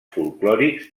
folklòrics